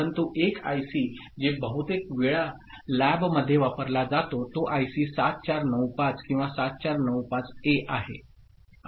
परंतु एक आयसी जे बहुतेक वेळा लॅबमध्ये वापरला जातो तो आयसी 7495 किंवा 7495 ए आहे